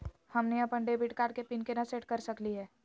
हमनी अपन debit card के पीन केना सेट कर सकली हे?